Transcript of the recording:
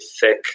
thick